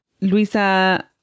Luisa